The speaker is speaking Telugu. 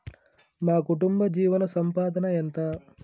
మా కుటుంబ జీవన సంపాదన ఎంత?